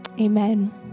Amen